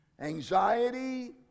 Anxiety